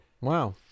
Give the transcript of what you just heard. Wow